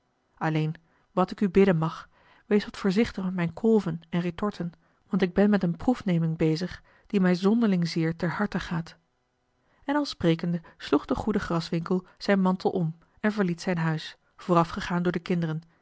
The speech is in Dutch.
alleen wat ik u bidden mag wees wat voorzichtig met mijne kolven en retorten want ik ben met eene proefneming bezig die mij zonderling zeer ter harte gaat en al sprekende sloeg de goede graswinckel zijn mantel om en verliet zijn huis voorafgegaan door de kinderen